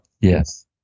Yes